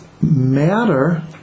matter